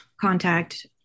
contact